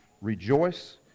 Rejoice